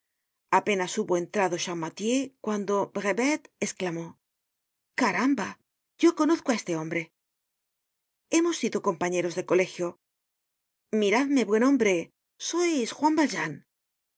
apenas hubo entrado champmathieu cuando brevet esclamó caramba yo conozco á este hombre hemos sido compañeros de cole gio miradme buen hombre sois juan valjean